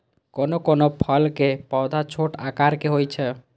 कोनो कोनो फलक पौधा छोट आकार के होइ छै